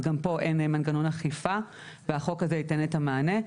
אז גם פה אין מנגנון אכיפה והחוק הזה ייתן את המענה.